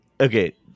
Okay